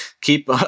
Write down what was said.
keep